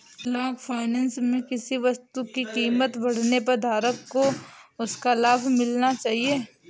long finance में किसी वस्तु की कीमत बढ़ने पर धारक को उसका लाभ मिलना चाहिए